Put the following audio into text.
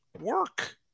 work